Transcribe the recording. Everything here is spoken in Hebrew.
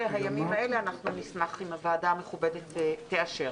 נשמח אם הוועדה המכובדת תאשר